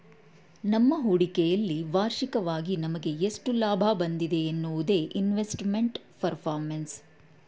ನಮ್ಮ ಹೂಡಿಕೆಯಲ್ಲಿ ವಾರ್ಷಿಕವಾಗಿ ನಮಗೆ ಎಷ್ಟು ಲಾಭ ಬಂದಿದೆ ಎನ್ನುವುದೇ ಇನ್ವೆಸ್ಟ್ಮೆಂಟ್ ಪರ್ಫಾರ್ಮೆನ್ಸ್